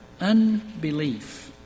unbelief